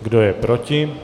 Kdo je proti?